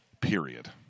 Period